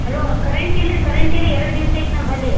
hello current ಇಲ್ಲ ರೀ current ಇಲ್ಲ ಎರಡು ದಿವ್ಸ ಆಯ್ತು ನಮ್ಮಲ್ಲಿ